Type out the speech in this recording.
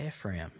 Ephraim